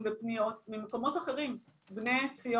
בעקבות פרשת ההתעללות במעון לחוסים בני ציון,